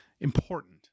important